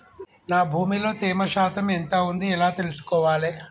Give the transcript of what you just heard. నా భూమి లో తేమ శాతం ఎంత ఉంది ఎలా తెలుసుకోవాలే?